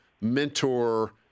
mentor